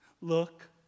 look